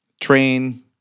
train